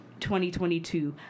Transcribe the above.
2022